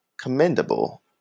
commendable